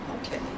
okay